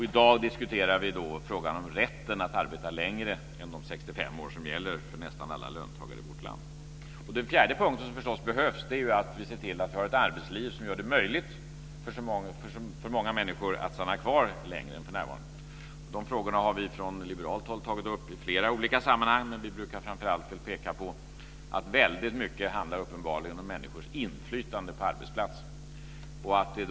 I dag diskuterar vi frågan om rätten att arbeta längre än till de 65 år som gäller för nästan alla löntagare i vårt land. Något annat som behövs är förstås att vi ser till att vi har ett arbetsliv som gör det möjligt för många människor att stanna kvar i arbetslivet längre än för närvarande. Dessa frågor har vi från liberalt håll tagit upp i flera olika sammanhang. Men vi brukar framförallt peka på att väldigt mycket uppenbarligen handlar om människors inflytande på arbetsplatsen.